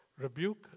rebuke